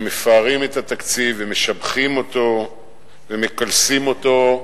שמפארים את התקציב ומשבחים אותו ומקלסים אותו,